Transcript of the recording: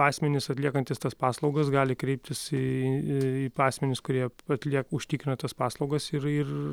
asmenys atliekantys tas paslaugas gali kreiptis į į asmenis kurie atlie užtikrina tas paslaugos ir ir